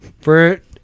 fruit